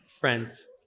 Friends